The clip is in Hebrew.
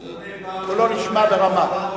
כי קולו נשמע ברמה.